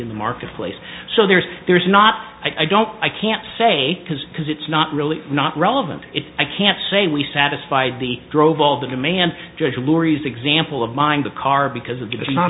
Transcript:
in the marketplace so there's there's not i don't i can't say because because it's not really not relevant it's i can't say we satisfied the drove all the demand juries example of mind the car because